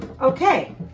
okay